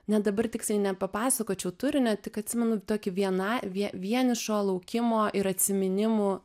net dabar tiksliai nepapasakočiau turinio tik atsimenu tokį viena vie vienišo laukimo ir atsiminimų